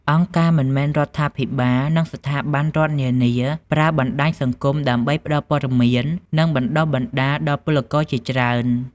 អង្គការមិនមែនរដ្ឋាភិបាល និងស្ថាប័នរដ្ឋនានា ប្រើបណ្តាញសង្គមដើម្បីផ្តល់ព័ត៌មាន និងបណ្តុះបណ្តាលដល់ពលករជាច្រើន។